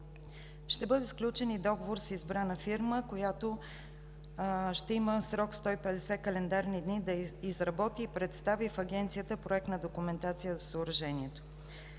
ще бъде сключен и договор с избрана фирма, която ще има срок 150 календарни дни да изработи и представи в Агенцията проектна документация за съоръжението.